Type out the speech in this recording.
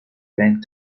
planning